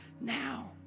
now